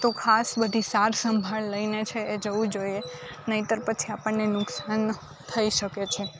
તો ખાસ બધી સારસંભાળ લઈને છે એ જવું જોઈએ નહીંતર પછી આપણને નુકસાન થઈ શકે છે